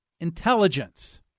Intelligence